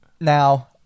Now